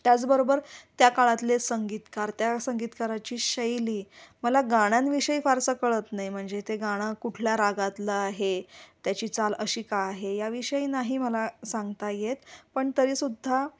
त्याचबरोबर त्या काळातले संगीतकार त्या संगीतकाराची शैली मला गाण्यांविषयी फारसं कळत नाही म्हणजे ते गाणं कुठल्या रागातलं आहे त्याची चाल अशी का आहे या विषयी नाही मला सांगता येत पण तरी सुद्धा